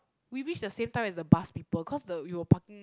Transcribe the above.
we reach the same time as the bus people cause the we were parking